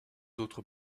autres